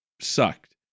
sucked